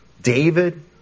David